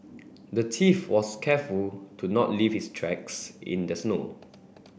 the thief was careful to not leave his tracks in the snow